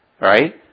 Right